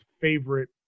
favorite